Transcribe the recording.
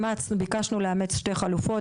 ביקשנו לאמץ שתי חלופות,